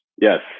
Yes